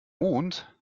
mond